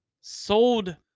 Sold